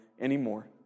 anymore